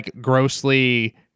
grossly